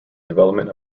development